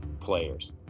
players